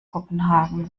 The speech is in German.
kopenhagen